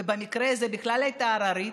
ובמקרה הזה בכלל הייתה ערירית,